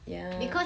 ya